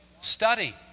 study